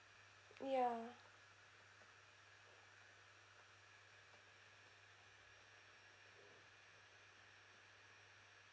ya